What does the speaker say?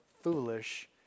foolish